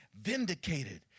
vindicated